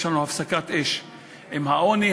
יש לנו הפסקת אש עם העוני.